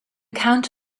count